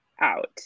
out